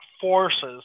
forces